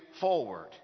forward